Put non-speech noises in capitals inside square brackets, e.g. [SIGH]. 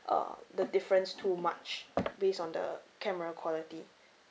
uh the [NOISE] difference too much [NOISE] based on the camera quality